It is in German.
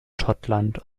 schottland